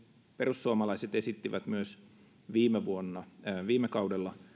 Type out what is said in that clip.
perussuomalaiset esittivät myös viime kaudella